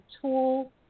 tool